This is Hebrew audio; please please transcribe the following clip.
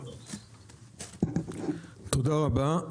תודה רבה.